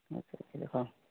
ଆଚ୍ଛା ରଖିଲି ହଁ